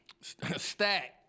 Stack